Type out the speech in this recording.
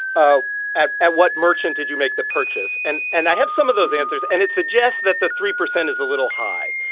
ah at at what merchant did you make the purchase? and and i have some of those answers. and it suggests that the three percent is a little high